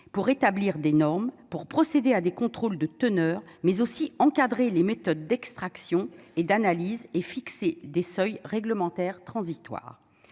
pour établir des normes pour procéder à des contrôles de teneur mais aussi encadrer les méthodes d'extraction et d'analyse et fixer des seuils réglementaires transitoires